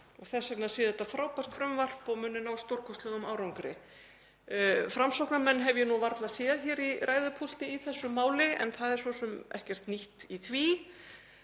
og þess vegna sé þetta frábært frumvarp og muni skila stórkostlegum árangri. Framsóknarmenn hef ég varla séð hér í ræðupúlti í þessu máli en það er svo sem ekkert nýtt í því